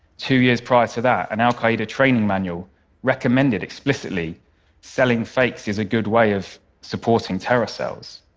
two years prior to that, an al qaeda training manual recommended explicitly selling fakes as a good way of supporting terror cells.